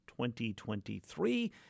2023